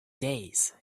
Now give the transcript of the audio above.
days